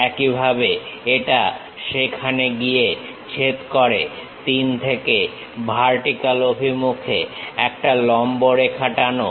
একইভাবে এটা সেখানে গিয়ে ছেদ করে 3 থেকে ভার্টিক্যাল অভিমুখে একটা লম্ব রেখা টানো